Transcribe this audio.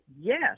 yes